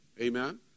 Amen